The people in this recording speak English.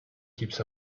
keeps